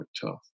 tough